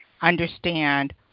understand